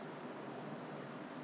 ok lah so next time must cut down